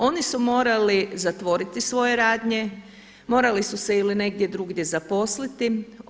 Oni su morali zatvoriti svoje radnje, morali su se ili negdje drugdje zaposliti.